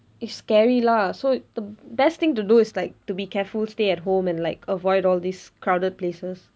it's scary lah so the best thing to do is like to be careful stay at home and like avoid all these crowded places